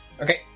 Okay